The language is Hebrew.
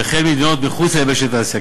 וכן מדינות מחוץ ליבשת אסיה,